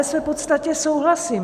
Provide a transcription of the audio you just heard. V podstatě souhlasím.